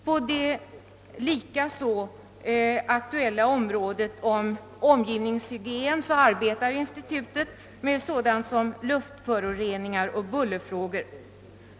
På det lika aktuella området omgivningshygien: arbetar institutet med sådant som luftföroreningar och bullerfrågor.